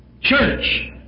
church